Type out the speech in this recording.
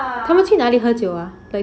他们去那里喝酒 ah